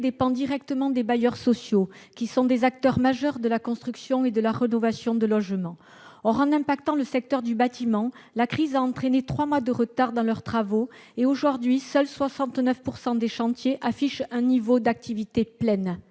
dépend directement des bailleurs sociaux, qui sont des acteurs majeurs de la construction et de la rénovation de logements. Or, en touchant le secteur du bâtiment, la crise a provoqué un retard de trois mois dans leurs travaux : aujourd'hui, seuls 69 % des chantiers affichent un niveau d'activité pleine.